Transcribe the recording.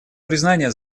признания